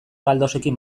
galdosekin